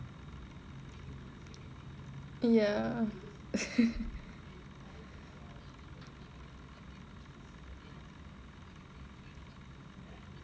ya